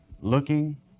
looking